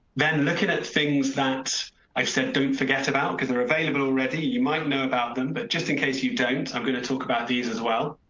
then looking at things that i said, don't forget about cause they're available already. you might know about them, but just in case you don't, i'm going to talk about these as well.